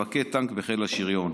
כמפקד טנק בחיל השריון.